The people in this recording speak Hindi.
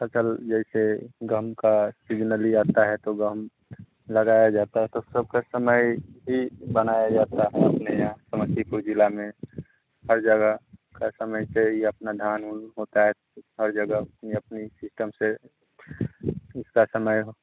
फ़सल जैसे गम का सीजनली आता है तो गेहूँ लगाया जाता है तो सब के समय यह बनाया जाता है अपने यहाँ समस्तीपुर ज़िले में हर जगह का समय से यह अपना धान उन होता हर जगह अपने अपने सिस्टम से इसका समय